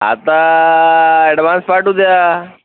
आता ॲडव्हान्स पाठवू द्या